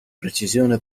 precisione